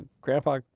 Grandpa